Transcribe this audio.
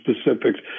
specifics